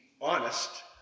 honest